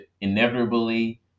inevitably